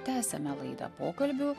tęsiame laidą pokalbių